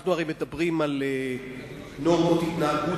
אנחנו הרי מדברים על נורמות התנהגות